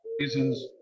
reasons